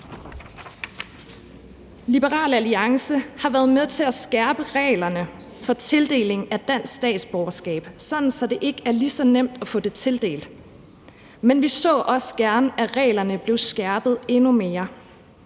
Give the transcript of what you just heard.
Liberal Alliance har været med til at skærpe reglerne for tildeling af dansk statsborgerskab, sådan at det ikke er lige så nemt at få det tildelt. Men vi så også gerne, at reglerne blev skærpet endnu mere,